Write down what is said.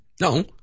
No